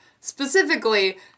specifically